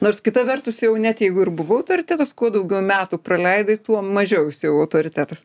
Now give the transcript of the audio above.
nors kita vertus jau net jeigu ir buvo autoritetas kuo daugiau metų praleidai tuo mažiau jis jau autoritetas